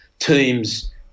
Teams